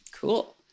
Cool